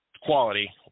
quality